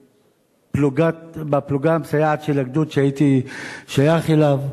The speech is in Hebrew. בפלוגה המסייעת של הגדוד שהייתי שייך אליו,